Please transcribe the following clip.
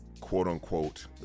quote-unquote